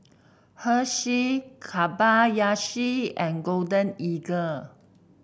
Herschel Kobayashi and Golden Eagle